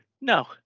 No